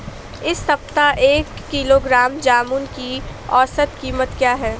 इस सप्ताह एक किलोग्राम जामुन की औसत कीमत क्या है?